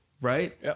right